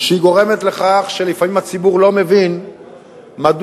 שהיא גורמת לכך שלפעמים הציבור לא מבין מדוע